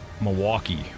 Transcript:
Milwaukee